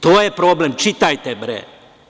To je problem, čitajte bre.